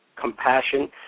compassion